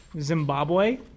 Zimbabwe